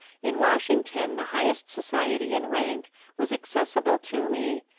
in washington the highest society in rank was accessible to me,